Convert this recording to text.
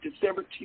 December